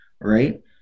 right